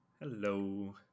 Hello